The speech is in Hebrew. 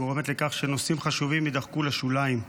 גורם לכך שנושאים חשובים יידחקו לשוליים.